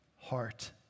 heart